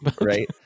Right